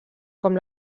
com